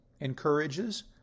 encourages